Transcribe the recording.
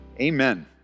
Amen